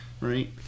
right